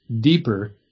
deeper